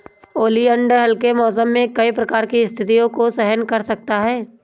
oleander हल्के मौसम में कई प्रकार की स्थितियों को सहन कर सकता है